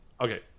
Okay